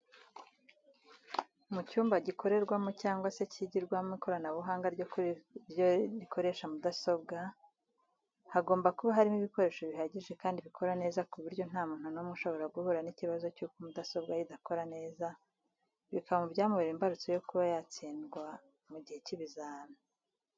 Mu cyumba gikorerwamo cyangwa se kigirwamo ikoranabunga ryo kuri rikoresha mudasobwa, hagomba kuba harimo ibikoresho bihagije kandi bikora neza ku buryo nta muntu numwe ushobora guhura n'ikibazo cyuko mudasobwa ye idakora neza bikaba byamubera imbarutso y o kuba ayatsindwa mu gihe cy'ibizamini.